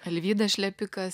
alvydas šlepikas